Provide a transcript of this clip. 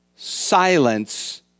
silence